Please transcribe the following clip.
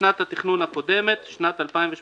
"שנת התכנון הקודמת" שנת 2018."